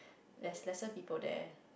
there's lesser people there